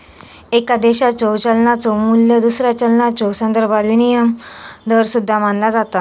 एका देशाच्यो चलनाचो मू्ल्य दुसऱ्या चलनाच्यो संदर्भात विनिमय दर सुद्धा मानला जाता